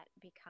become